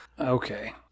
Okay